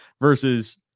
versus